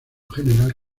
general